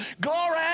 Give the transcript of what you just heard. glory